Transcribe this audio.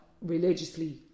religiously